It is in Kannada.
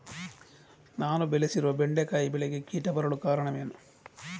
ನಾನು ಬೆಳೆಸಿರುವ ಬೆಂಡೆಕಾಯಿ ಬೆಳೆಗೆ ಕೀಟ ಬರಲು ಕಾರಣವೇನು?